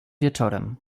wieczorem